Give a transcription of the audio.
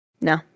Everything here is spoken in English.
no